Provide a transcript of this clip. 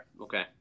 Okay